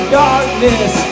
darkness